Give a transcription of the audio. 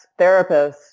therapists